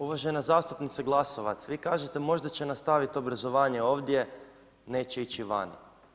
Uvažena zastupnice Glasovac, vi kažete možda će nastaviti obrazovanje ovdje, neće ići van.